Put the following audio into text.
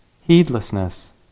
heedlessness